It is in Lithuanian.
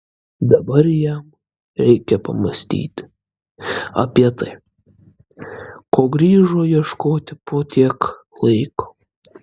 dabar jam reikia pamąstyti apie tai ko grįžo ieškoti po tiek laiko